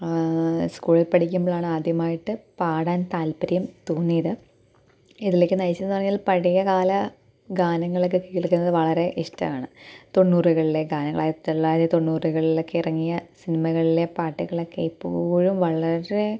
സ്കൂളിൽ പഠിക്കുമ്പോളാണ് ആദ്യമായിട്ട് പാടാൻ താൽപ്പര്യം തോന്നിയത് ഇതിലേക്ക് നയിച്ചെന്ന് പറഞ്ഞാൽ പഴയകാല ഗാനങ്ങളൊക്കെ കേൾക്കുന്നത് വളരെ ഇഷ്ടമാണ് തൊണ്ണൂറുകളിലെ ഗാനങ്ങൾ ആയിരത്തി തൊള്ളായിരത്തി തൊണ്ണൂറുകളിലൊക്കെയിറങ്ങിയ സിനിമകളിലെ പാട്ടുകളൊക്കെ എപ്പോഴും വളരെ